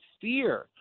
fear